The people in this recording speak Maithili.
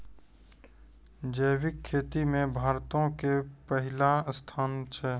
जैविक खेती मे भारतो के पहिला स्थान छै